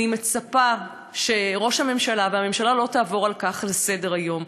אני מצפה שראש הממשלה והממשלה לא יעברו על כך לסדר-היום,